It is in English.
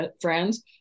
friends